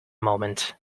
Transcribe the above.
moment